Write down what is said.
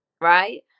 right